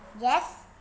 yes